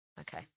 Okay